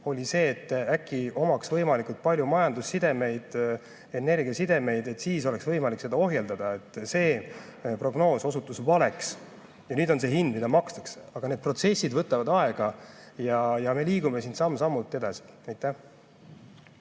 oli see, et äkki omaks võimalikult palju majandussidemeid, energiasidemeid, et siis oleks võimalik seda ohjeldada. See prognoos osutus valeks. Ja nüüd on see hind, mida makstakse. Aga need protsessid võtavad aega ja me liigume samm-sammult edasi.